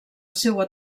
seua